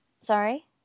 Sorry